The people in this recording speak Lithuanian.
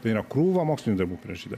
tai yra krūva mokslinių darbų prirašyta